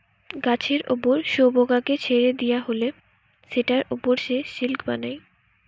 গাছের উপর শুয়োপোকাকে ছেড়ে দিয়া হলে সেটার উপর সে সিল্ক বানায়